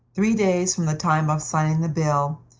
three days from the time of signing the bill,